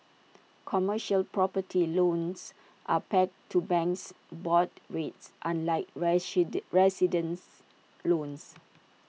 commercial property loans are pegged to banks board rates unlike residents loans